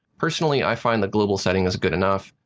personally, i find the global setting is good enough,